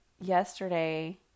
yesterday